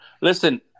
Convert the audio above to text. Listen